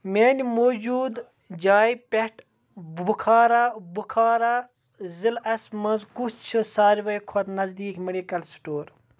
میٛانہِ موٗجوٗد جایہِ پٮ۪ٹھ بُکھارا بُکھارا ضِلعس مَنٛز کُس چھُ سارِوٕے کھۅتہٕ نٔزدیٖک میڈیکل سِٹور